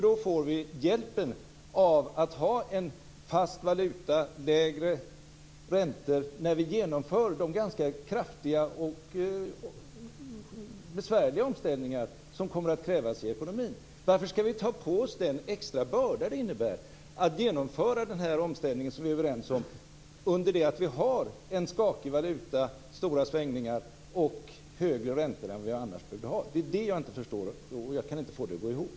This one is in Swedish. Då får vi hjälpen av att ha en fast valuta och lägre räntor när vi genomför de kraftiga och besvärliga omställningar som kommer att krävas i ekonomin. Varför skall vi ta på oss den extra börda det innebär att genomföra den här omställningen som vi är överens om när vi har en skakig valuta, stora svängningar och högre räntor än vi annars brukar ha? Det är det jag inte kan förstå. Jag får det inte att gå ihop.